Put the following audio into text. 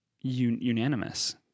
Unanimous